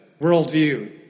worldview